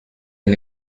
and